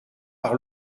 par